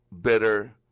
bitter